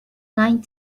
going